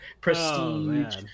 prestige